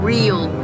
Real